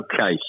Okay